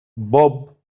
بوب